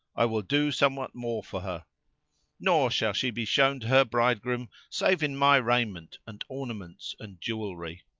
i will do somewhat more for her nor shall she be shown to her bridegroom save in my raiment and ornaments and jewelry.